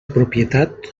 propietat